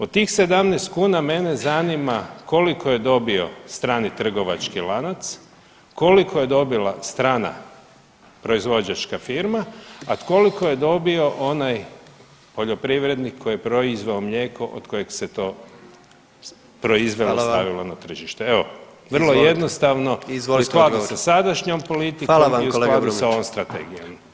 Od tih 17 kuna mene zanima koliko je dobio strani trgovački lanac, koliko je dobila strana proizvođačka firma, a koliko je dobio onaj poljoprivrednik koji je proizveo mlijeko od kojeg se to proizvelo, stavilo na tržište [[Upadica predsjednik: Hvala vam.]] Evo vrlo jednostavno [[Upadica predsjednik: Izvolite odgovor.]] i u skladu sa sadašnjom politikom [[Upadica predsjednik: Hvala vam kolega Brumnić.]] i u skladu sa ovom strategijom.